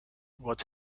what